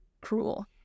cruel